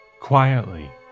Quietly